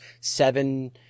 seven